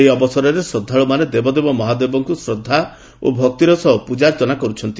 ଏହି ଅବସରରେ ଶ୍ରଦ୍ଧାଳୁମାନେ ଦେବଦେବ ମହାଦେବଙ୍କୁ ଶ୍ରଦ୍ଧା ଓ ଭକ୍ତିର ସହ ପୂଜାର୍ଚ୍ଚନା କରୁଛନ୍ତି